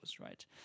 right